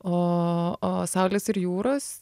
o o saulės ir jūros